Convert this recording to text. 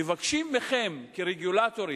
מבקשים מכם, כרגולטורים,